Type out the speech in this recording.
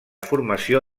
formació